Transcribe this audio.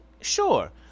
Sure